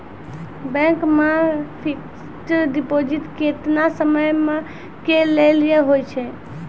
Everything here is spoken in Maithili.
बैंक मे फिक्स्ड डिपॉजिट केतना समय के लेली होय छै?